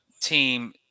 team